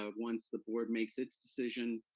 ah once the board makes its decision.